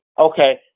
okay